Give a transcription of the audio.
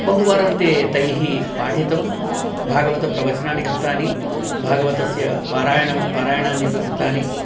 बहुवारं ते तैः पाठितं भागवतप्रवचनानि कृतानि भागवतस्य पारायणानि अपि कृतानि